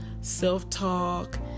Self-talk